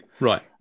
Right